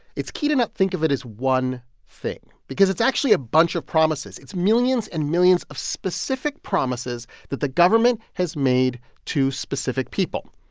it's key to not think of it as one thing because it's actually a bunch of promises it's millions and millions of specific promises that the government has made to specific people.